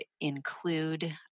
include